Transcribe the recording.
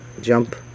jump